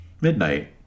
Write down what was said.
midnight